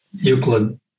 Euclid